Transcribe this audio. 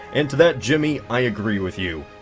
and to that jimmy i agree with you.